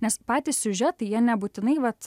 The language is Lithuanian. nes patys siužetai jie nebūtinai vat